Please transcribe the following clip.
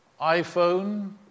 iPhone